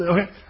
Okay